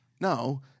No